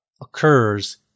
occurs